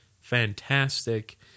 Fantastic